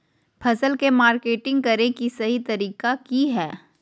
फसल के मार्केटिंग करें कि सही तरीका की हय?